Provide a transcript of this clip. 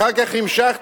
אחר כך המשכתם,